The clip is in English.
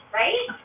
right